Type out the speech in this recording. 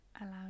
allow